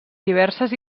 diverses